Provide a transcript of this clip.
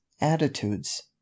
attitudes